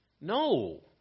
No